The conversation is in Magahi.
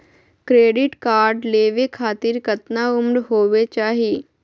क्रेडिट कार्ड लेवे खातीर कतना उम्र होवे चाही?